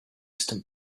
distant